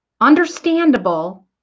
understandable